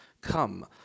come